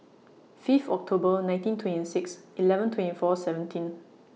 Fifth October nineteen twenty six eleven twenty four seventeen